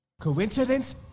Coincidence